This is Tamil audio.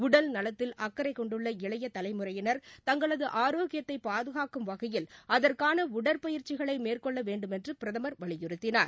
உடல்நலத்தில் அக்கறை கொண்டுள்ள இளைய தலைமுறையினா் தங்களது ஆரோக்கியத்தை பாதுகாக்கும் வகையில் அதற்கான உடற்பயிற்சிகளை மேற்கொள்ள வேண்டுமென்று பிரதமர் வலியுறுத்தினார்